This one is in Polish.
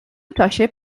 czasie